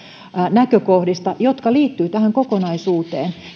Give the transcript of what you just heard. näkökohdista jotka liittyvät tähän kokonaisuuteen